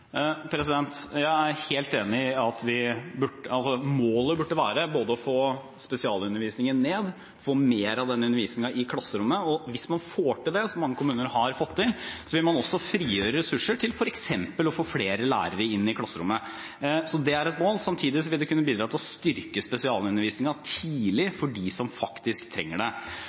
Jeg er helt enig i at målet burde være både å få ned spesialundervisningen og å få mer av den undervisningen i klasserommet. Hvis man får til det, som mange kommuner har fått til, vil man også frigjøre ressurser f.eks. til å få flere lærere inn i klasserommet. Så det er et mål. Samtidig vil det kunne bidra til å styrke spesialundervisningen tidlig for dem som faktisk trenger det.